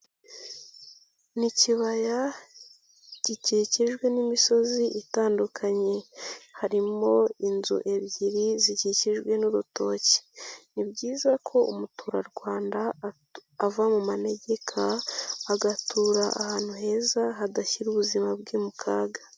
Ni ikibaya gikikijwe n'imisozi itandukanye, harimo inzu ebyiri zikikijwe n'urutoki, ni byiza ko umuturarwanda ava mu manegeka, agatura ahantu heza, hadashyira ubuzima bwe mu kaga.